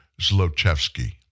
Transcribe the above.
Zlochevsky